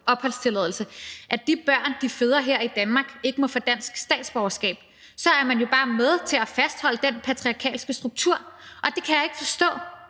at de børn, de føder her i Danmark, ikke må få dansk statsborgerskab. Så er man jo bare med til at fastholde den patriarkalske struktur, og det kan jeg ikke forstå